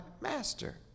master